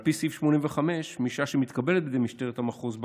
על פי סעיף 85, משעה שמתקבלת במשטרת המחוז בקשה,